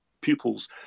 pupils